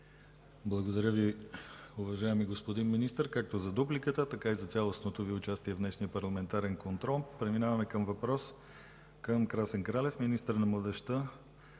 Благодаря Ви, уважаеми господин Министър, както за дупликата, така и за цялостното Ви участие в днешния парламентарен контрол. Преминаваме към въпрос към Красен Кралев – министър на младежта